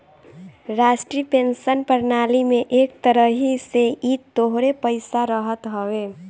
राष्ट्रीय पेंशन प्रणाली में एक तरही से इ तोहरे पईसा रहत हवे